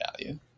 value